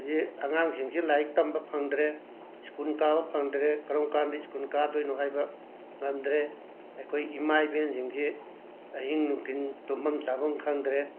ꯍꯧꯖꯤꯛ ꯑꯉꯥꯡꯁꯤꯡꯁꯤ ꯂꯥꯏꯔꯤꯛ ꯇꯝꯕ ꯐꯪꯗ꯭ꯔꯦ ꯁ꯭ꯀꯨꯟ ꯀꯥꯕ ꯐꯪꯗ꯭ꯔꯦ ꯀꯔꯝꯀꯥꯟꯗ ꯁ꯭ꯀꯨꯟ ꯀꯥꯗꯣꯏꯅꯣ ꯍꯥꯏꯕ ꯉꯝꯗ꯭ꯔꯦ ꯑꯩꯈꯣꯏ ꯏꯃꯥ ꯏꯕꯦꯟꯁꯤꯡꯁꯦ ꯑꯍꯤꯡ ꯅꯨꯡꯊꯤꯜ ꯇꯨꯝꯐꯝ ꯆꯥꯐꯝ ꯈꯪꯗ꯭ꯔꯦ